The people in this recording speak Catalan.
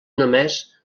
només